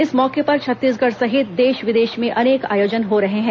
इस मौके पर छत्तीसगढ़ सहित देश विदेश में अनेक आयोजन हो रहे हैं